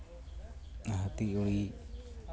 ᱦᱟᱹᱛᱤ ᱜᱩᱲᱤ